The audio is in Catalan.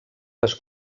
les